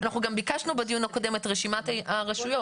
ביקשנו גם בדיון הקודם את רשימת הרשויות.